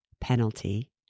penalty